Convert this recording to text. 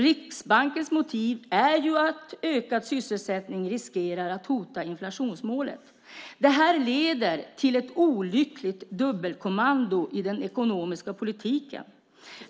Riksbankens motiv är att ökad sysselsättning riskerar att hota inflationsmålet. Det här leder till ett olyckligt dubbelkommando i den ekonomiska politiken.